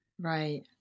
Right